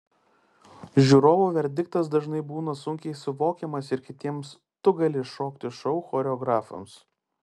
žiūrovų verdiktas dažnai būna sunkiai suvokiamas ir kitiems tu gali šokti šou choreografams